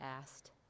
asked